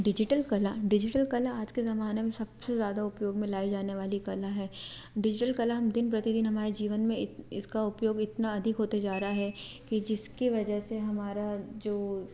digital कला digital कला आज के ज़माने में सब से ज़्यादा उपयोग में लाई जाने वाली कला है डिजिटल कला दिन प्रतिदिन हमारे जीवन में इसका उपयोग इतना अधिक होते जा रहा है कि जिसकी वजह से हमारा जो